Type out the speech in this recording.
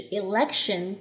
election